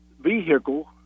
vehicle